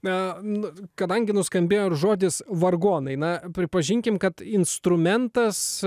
na na kadangi nuskambėjo žodis vargonai na pripažinkime kad instrumentas